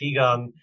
Qigong